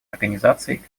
организаций